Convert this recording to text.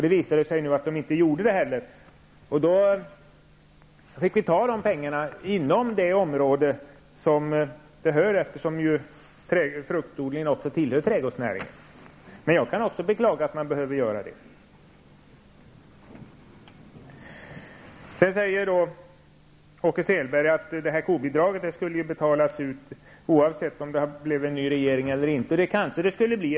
Det visade sig också att pengarna inte räckte. Vi fick ta pengarna från det område som de tillhör. Fruktodlingen tillhör trädgårdsnäringen. Men jag kan också beklaga att man behövde göra så. Åke Selberg säger att kobidraget skulle ha betalats ut oavsett om det blev en ny regering eller inte. Det kanske hade blivit så.